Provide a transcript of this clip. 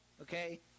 okay